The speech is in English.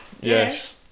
Yes